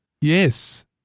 Yes